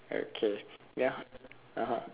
okay ya (uh huh)